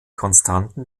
konstanten